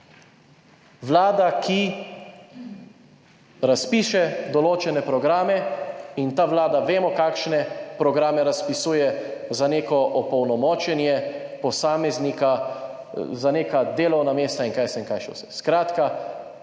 Vlada, ki razpiše določene programe in ta vlada vemo, kakšne programe razpisuje, za neko opolnomočenje posameznika, za neka delovna mesta in kaj jaz vem kaj še vse.